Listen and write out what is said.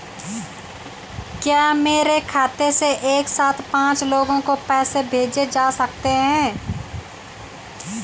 क्या मेरे खाते से एक साथ पांच लोगों को पैसे भेजे जा सकते हैं?